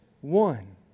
one